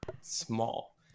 small